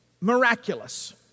miraculous